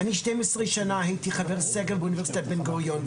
אני 15 שנה הייתי חבר סגל באוניברסיטת בן גוריון,